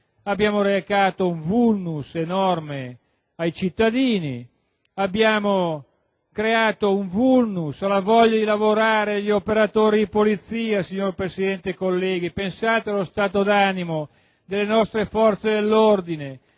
É stato recato un *vulnus* enorme ai cittadini. È stato creato un *vulnus* alla voglia di lavorare degli operatori di polizia, signor Presidente e colleghi. Pensate allo stato d'animo delle nostre forze dell'ordine